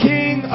King